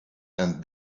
and